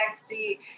sexy